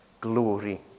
Glory